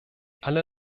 alle